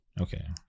Okay